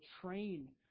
train